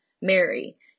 Mary